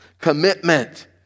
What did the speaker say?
Commitment